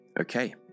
Okay